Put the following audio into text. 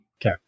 Okay